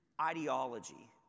ideology